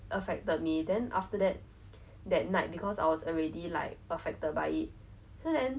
I was very very scared of people who vomited I have this phobia but now is a lot better but